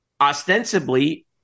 ostensibly